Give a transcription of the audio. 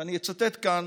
ואני אצטט כאן